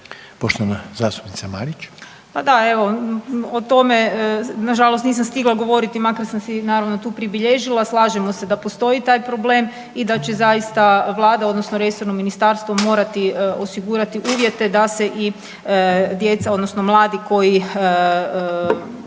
Andreja (SDP)** Pa da, evo o tome na žalost nisam stigla govoriti makar sam si naravno tu predbilježila. Slažemo se da postoji taj problem i da će zaista Vlada odnosno resorno ministarstvo morati osigurati uvjete da se i djeca odnosno mladi koji